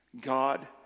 God